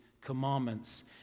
commandments